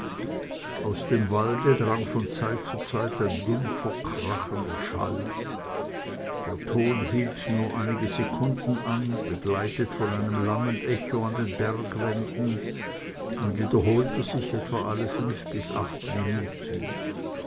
aus dem walde drang von zeit zu zeit ein dumpfer krachender schall der ton hielt nur einige sekunden an begleitet von einem langen echo an den bergwänden und wiederholte sich etwa alle fünf bis acht minuten